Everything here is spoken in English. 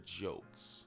jokes